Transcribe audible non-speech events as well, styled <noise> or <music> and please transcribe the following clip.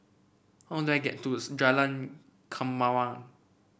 how do I get to <unintelligible> Jalan Kemaman